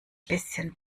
bisschen